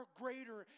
greater